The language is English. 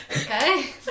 okay